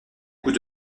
coups